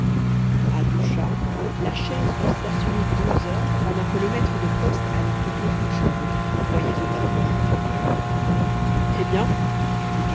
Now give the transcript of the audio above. a ducha la chaise dut stationner deux heures pendant que le maître de poste allait quérir ses chevaux envoyés au pâturage eh bien